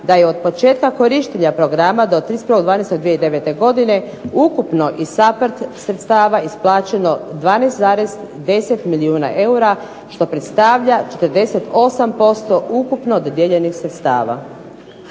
da je od početka korištenja programa do 31. 12. 2009. godine ukupno iz SAPHARD sredstava isplaćeno 12,10 milijuna eura što predstavlja što je deset